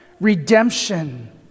redemption